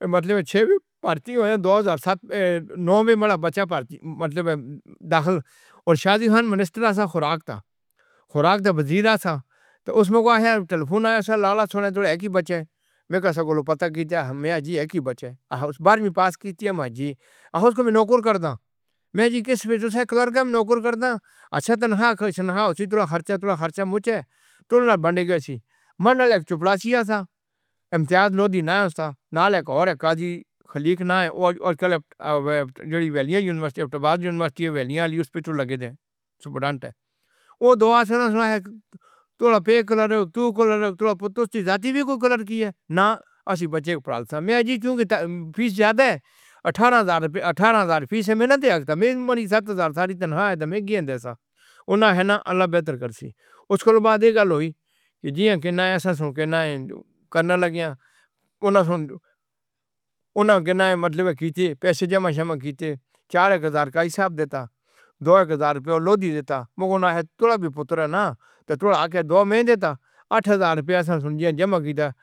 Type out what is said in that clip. یعنی چھے وی بھرتی ہوئے، دو ہزار ستّاراں وچّ، ساڈا بچّہ بھرتی (یعنی داخل) تے شادی خان منسٹر حصہ خوراک دا سی۔ خوراک دا وزیر سی، تے اس وچّ اوہی ٹیلیفون آیا سی، لالا سُنایا تاں اک ہی بچّہ سی۔ میں کہیا سی کولوں پتہ کیتا آہا، میں جی اک ہی بچّہ اے۔ آہا، اُسنوں بارہویں پاس کیتا جی آہا، اُس نوں میں نوکر کردا۔ میں جی کسے تُس اکّڑ کم نوکر کردا؟ اچّھا تاں ناہا خوش ناہا، اُسی تیرا خرچہ، تیرا خرچہ میں تُوں نے بانٹے گئے۔ سی مَنّے لائے کہ چپراسی حصہ امتیاز لودھی نائیک حصہ نالیک ہور اک قاضی خلیق نائیک تے تے کالے اے-بی-جی-ڈی والیا یونیورسٹی آف ٹپال یونیورسٹی والیا علی اُس پے تاں لگے دے سپرنٹ اے۔ او دو سال سُنا اے تاں کلر تُو کلر تو پتّاں سے جاندی اے۔ کل کلر دی اے، نا؟ اسی بچّے کو پڑھایا سی۔ میں کیوں کہ فیس زیادہ اٹھارہ ہزار روپے اٹھارہ ہزار فیس اے۔ میں نہ دیندا، میں سَت ہزار ساری تو نہ آئے، تاں میں گھن حصہ اُنّاں اے نا، اللہ بہتر کرسی۔ اُس دے بعد اک آہل ہوئی کہ جیاں کی نا ایسا سُن کے نا جو کرنا لگ گیا۔ اُنہاں نے کِتنا مطلب کیتے پیسے جمع شمع کیتے۔ چار اک ہزار دا حساب دیندا، دو اک ہزار روپے لودھی دیندا۔ لیکن اُنہاں نے تاں وی پُتر نہ، تاں آکے دو وچّ دیندا۔ اٹھ ہزار روپے سنجے جمع کیتا۔